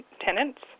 tenants